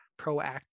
proactive